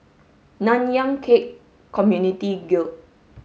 Nanyang Khek Community Guild